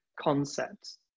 concepts